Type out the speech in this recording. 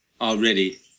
Already